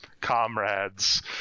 comrades